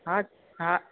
हा हा